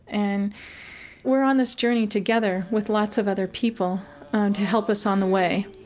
and we're on this journey together with lots of other people to help us on the way